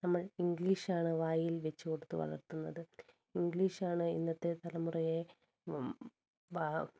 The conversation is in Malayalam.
നമ്മൾ ഇംഗ്ലീഷാണ് വായിൽ വച്ചുകൊടുത്തു വളർത്തുന്നത് ഇംഗ്ലീഷാണ് ഇന്നത്തെ തലമുറയെ